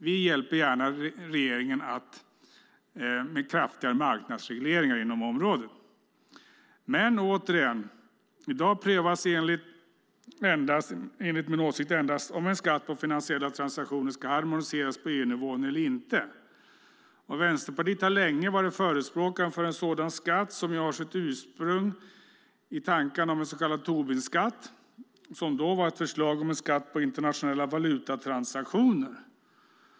Vi hjälper gärna regeringen med kraftigare marknadsregleringar inom området. I dag prövas enligt min åsikt endast om en skatt på finansiella transaktioner ska harmoniseras på EU-nivån eller inte. Vänsterpartiet har länge varit förespråkare för en sådan skatt, som ju har sitt ursprung i den så kallade Tobinskatten, som var ett förslag om en skatt på internationella valutatransaktioner.